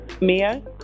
Mia